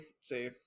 see